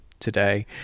today